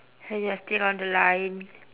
hope you're still on the line